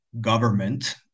government